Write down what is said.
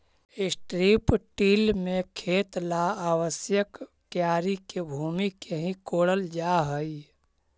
strip till में खेत ला आवश्यक क्यारी के भूमि के ही कोड़ल जा हई